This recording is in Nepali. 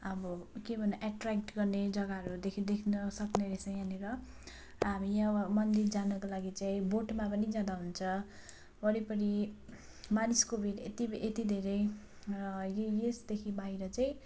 अब के भन्ने एट्रेक्ट गर्ने जगाहरूदेखि देख्न सक्ने रहेछ यहाँनिर अब यहाँ अब मन्दिर जानुको लागि चाहिँ बोटमा पनि जाँदा हुन्छ वरिपरि मानिसको भिड यति यति धेरै य यसदेखि बाहिर चाहिँ